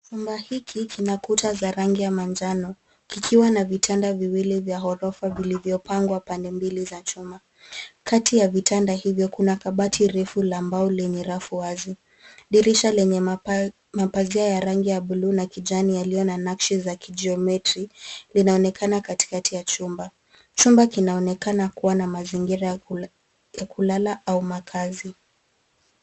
Chumba hiki kinakuta za rangi ya manjano kikiwa na vitanda viwili vya ghorofa vilivyo pangwa pande mbili za chuma. Kati ya vitanda hivyo kuna kabati kirefu la mbao lenye rafu wazi. Dirisha lenye mapazia ya rangi ya bluu na rangi ya kijani yalio na nakishi ya kijiometri linaonekana katikati ya chumba. Chumba kinaonekana kuwa na mazingira ya kulala au makazi.